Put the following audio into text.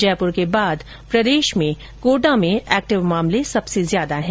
जयपुर के बाद प्रदेश में कोटा में एक्टिव मामले सबसे ज्यादा हैं